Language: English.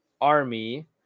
Army